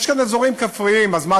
יש כאן אזורים כפריים, אז מה?